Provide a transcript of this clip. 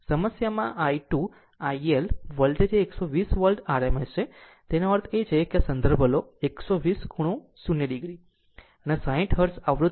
આ સમસ્યામાં I I 2 IL voltage એ 120 વોલ્ટ RMS છે તેનો અર્થ છે આ સંદર્ભ લો 120 ખૂણો0 o અને આ 60 હર્ટ્ઝ પર આવૃત્તિ